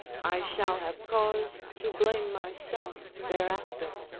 i shall have cause to blame myself thereafter.